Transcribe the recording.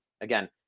again